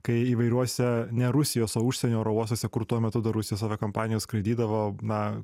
kai įvairiuose ne rusijos o užsienio oro uostuose kur tuo metu dar rusijos aviakompanijos skraidydavo na